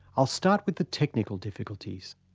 i'll start with the technical difficulties.